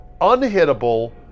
unhittable